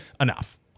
enough